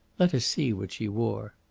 let us see what she wore.